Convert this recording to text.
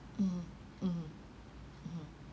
mmhmm mmhmm mmhmm